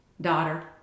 Daughter